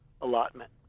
allotment